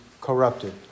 corrupted